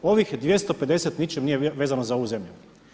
Ovih 250 ničim nije vezano za ovu zemlju.